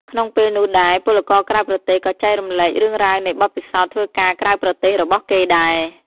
ក្នុងពេលនោះដែរ ពលករក្រៅប្រទេសក៏ចែករំលែករឿងរ៉ាវនៃបទពិសោធន៍ធ្វើការក្រៅប្រទេសរបស់គេដែរ។